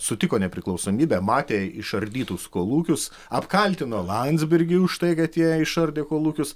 sutiko nepriklausomybę matė išardytus kolūkius apkaltino landsbergį už tai kad jie išardė kolūkius